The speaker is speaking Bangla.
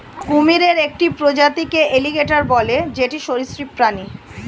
কুমিরের একটি প্রজাতিকে এলিগেটের বলে যেটি সরীসৃপ প্রাণী